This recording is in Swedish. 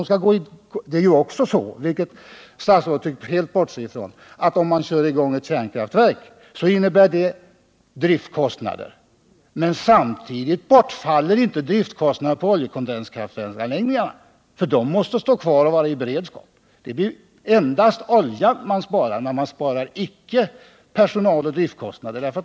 Statsrådet tycks också helt bortse ifrån, att om man kör i gång ett kärnkraftverk, innebär det driftkostnader, men samtidigt bortfaller inte driftkostnaderna i oljekondenskraftverken, eftersom dessa måste stå i beredskap. Man spar endast olja men icke personal och driftkostnader.